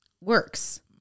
works